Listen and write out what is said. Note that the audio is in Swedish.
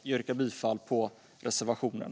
Jag yrkar bifall till reservationen.